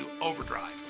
overdrive